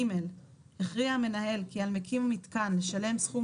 הכריע המנהל כי על מקים מיתקן לשלם סכום